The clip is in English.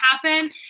happen